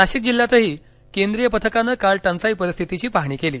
नाशिक जिल्ह्यातही केंद्रीय पथकानं काल टंचाई परिस्थितीची पाहणी केली